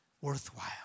worthwhile